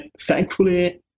thankfully